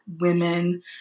women